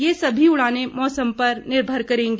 ये सभी उड़ाने मौसम पर निर्भर करेंगी